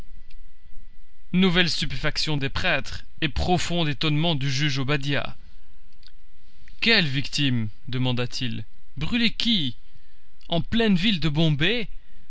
nouvelle stupéfaction des prêtres et profond étonnement du juge obadiah quelle victime demanda-t-il brûler qui en pleine ville de bombay